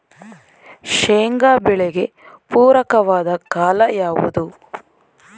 ಶೇಂಗಾ ಬೆಳೆಗೆ ಪೂರಕವಾದ ಕಾಲ ಯಾವುದು?